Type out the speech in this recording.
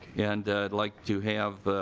and like to have